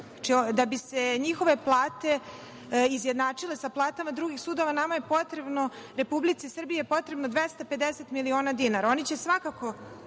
Da bi se njihove plate izjednačile sa platama drugih sudova, Republici Srbiji je potrebno 250 miliona dinara. Oni će svakako